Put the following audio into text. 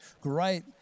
great